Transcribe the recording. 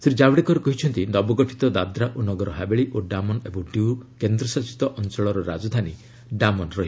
ଶ୍ରୀ କାଭଡେକର କହିଛନ୍ତି ନବଗଠିତ ଦାଦ୍ରା ଓ ନଗର ହାବେଳି ଓ ଡାମନ ଏବଂ ଡିଉ କେନ୍ଦ୍ରଶାସିତ ଅଞ୍ଚଳର ରାଜଧାନୀ ଡାମନ ହେବ